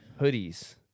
Hoodies